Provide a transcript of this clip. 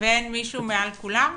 ואין מישהו מעל כולם?